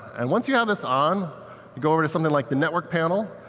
and once you have this on, you go over to something like the network panel.